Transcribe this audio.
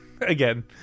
Again